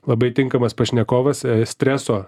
labai tinkamas pašnekovas streso